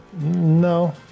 No